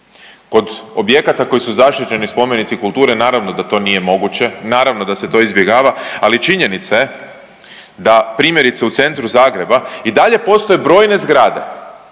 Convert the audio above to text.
Kod objekata koji su zaštićeni spomenici kulture naravno da to nije moguće, naravno da se to izbjegava, ali činjenica je da primjerice u centru Zagreba i dalje postoje brojne zgrade